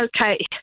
okay